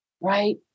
Right